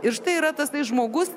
ir štai yra tasai žmogus